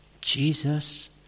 Jesus